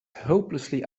hopelessly